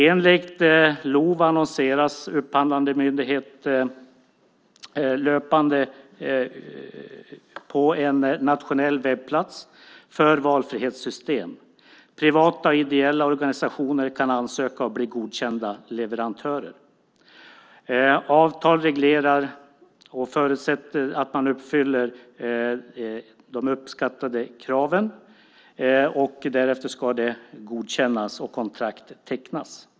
Enligt LOV annonseras upphandlande myndighet löpande på en nationell webbplats för valfrihetssystem. Privata och ideella organisationer kan ansöka och bli godkända leverantörer. Avtal reglerar och förutsätter att man uppfyller de uppsatta kraven. Därefter ska det godkännas och kontrakt tecknas.